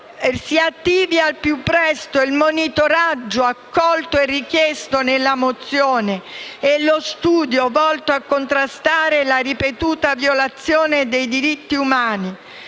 si attivino al più presto il monitoraggio e lo studio richiesto nella mozione volto a contrastare la ripetuta violazione dei diritti umani.